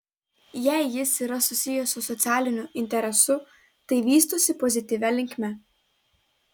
jei jis yra susijęs su socialiniu interesu tai vystosi pozityvia linkme